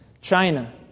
China